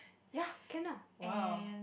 ya can ah !wow!